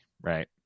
right